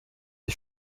les